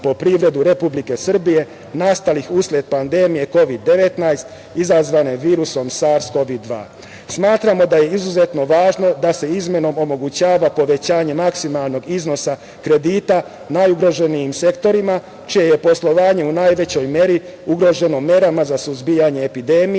po privredu Republike Srbije nastalih usled pandemije Kovid 19, izazvane virusom SARS-CoV-2.Smatramo da je izuzetno važno da se izmenom omogućava povećanje maksimalnog iznosa kredita najugroženijim sektorima, čije je poslovanje u najvećoj meri ugroženo merama za suzbijanje epidemije,